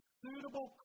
suitable